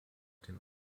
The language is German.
den